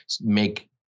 make